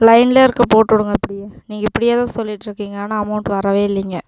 லைனில் இருக்கேன் போட்டுவிடுங்க இப்படியே நீங்கள் இப்படியேதான் சொல்லிகிட்டு இருக்கீங்க ஆனால் அமௌண்ட் வரவே இல்லைங்க